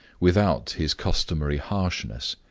without his customary harshness,